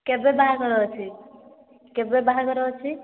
କେବେ ବାହାଘର ଅଛି କେବେ ବାହାଘର ଅଛି